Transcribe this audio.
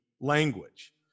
language